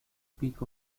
peak